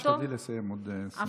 תשתדלי לסיים עוד 20 שניות.